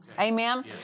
Amen